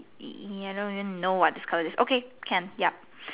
ya I don't even know what this color is okay can yup